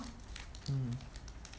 mm